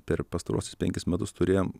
per pastaruosius penkis metus turėjom